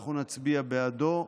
אנחנו נצביע בעדו.